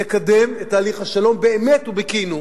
לקדם את תהליך השלום באמת ובכנות,